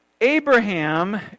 Abraham